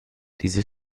diese